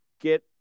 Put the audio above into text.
get